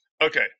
Okay